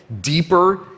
deeper